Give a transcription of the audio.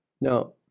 Now